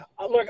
look